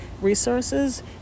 resources